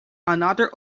another